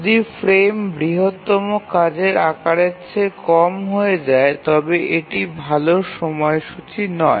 যদি ফ্রেম বৃহত্তম কাজের আকারের চেয়ে কম হয়ে যায় তবে এটি ভাল সময়সূচী নয়